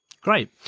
Great